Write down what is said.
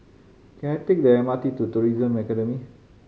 can I take the M R T to Tourism Academy